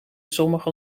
sommige